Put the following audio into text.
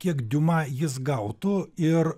kiek diuma jis gautų ir